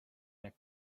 need